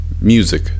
music